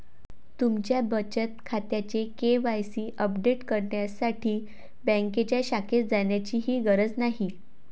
तुमच्या बचत खात्याचे के.वाय.सी अपडेट करण्यासाठी बँकेच्या शाखेत जाण्याचीही गरज नाही